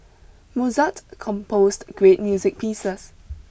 Mozart composed great music pieces